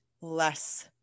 less